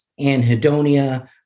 anhedonia